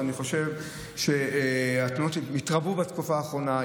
ואני חושב שהתלונות התרבו בתקופה האחרונה.